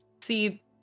see